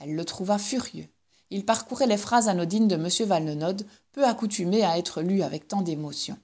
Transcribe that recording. elle le trouva furieux il parcourait les phrases anodines de m valenod peu accoutumées à être lues avec tant d'émotion